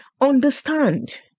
understand